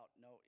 No